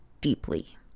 deeply